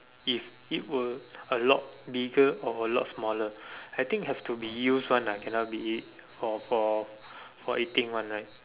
if it were a lot bigger or a lot smaller I think have to be used one ah cannot be for for for eating one right